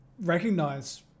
recognize